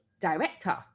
director